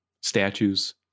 statues